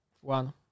One